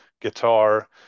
guitar